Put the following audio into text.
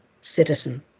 citizen